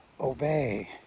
obey